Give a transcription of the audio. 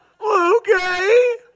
Okay